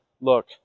look